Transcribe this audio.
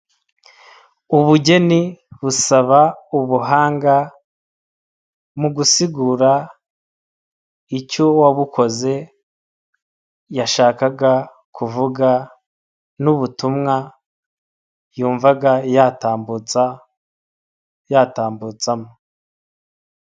Ubugeni busaba ubuhanga, mu gusigura, icyo uwabukoze, yashakaga, kuvuga, n'ubutumwa, yumvaga yatambutsa, yatambutsamo.